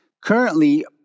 Currently